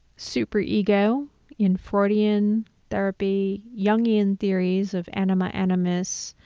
super-ego in freudian therapy, jungian theories of anima animus,